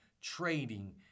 trading